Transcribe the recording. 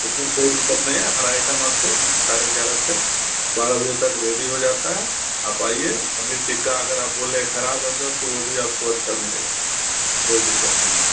उस में कोई दिक्कत नहीं है हर आइटम आप को साढ़े एग्यारह से बारह बजे तक रेडी हो जाता है आप आइए पनीर टिक्का अगर आप बोले रहे ख़राब है सर तो वो भी आप को अच्छा मिलेगा कोई दिक्कत नहीं